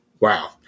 Wow